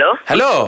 Hello